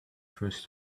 first